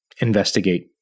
investigate